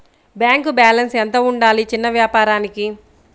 Bank balance ఎంత ఉండాలి చిన్న వ్యాపారానికి?